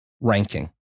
ranking